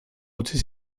utzi